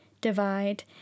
divide